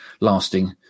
lasting